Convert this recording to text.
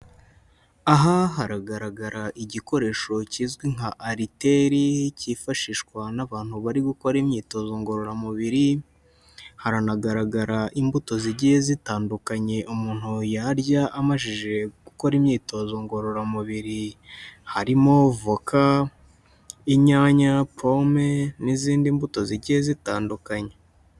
Aha haragaragara igikoresho kizwi nka aliteli, cyifashishwa n'abantu bari gukora imyitozo ngororamubiri, haranagaragara imbuto zigiye zitandukanye umuntu yarya amajije gukora imyitozo ngororamubiri. Harimo voka, inyanya, pome n'izindi mbuto zigiye zitandukanye.